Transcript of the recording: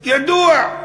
ידוע.